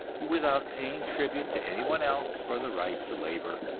without paying tribute to any one else for the right to labor,